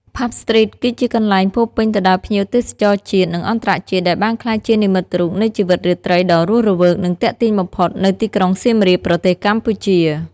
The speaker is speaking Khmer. ផាប់ ស្ទ្រីត គឺជាកន្លែងពោរពេញទៅដោយភ្ញៀវទេសចរជាតិ និងអន្តរជាតិដែលបានក្លាយជានិមិត្តរូបនៃជីវិតរាត្រីដ៏រស់រវើក និងទាក់ទាញបំផុតនៅទីក្រុងសៀមរាប ប្រទេសកម្ពុជា។